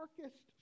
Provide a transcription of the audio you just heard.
darkest